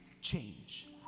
Change